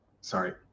sorry